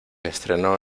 estrenó